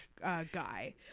guy